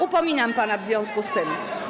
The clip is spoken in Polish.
Upominam pana w związku z tym.